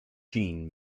gene